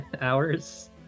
hours